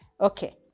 okay